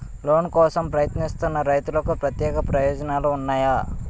Loan కోసం ప్రయత్నిస్తున్న రైతులకు ప్రత్యేక ప్రయోజనాలు ఉన్నాయా?